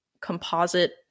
composite